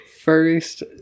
First